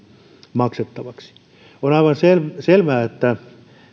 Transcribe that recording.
maksettavaksi on aivan selvää että